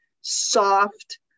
soft